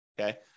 okay